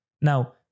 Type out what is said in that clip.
now